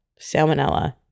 salmonella